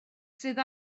sydd